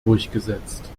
durchgesetzt